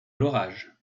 l’orage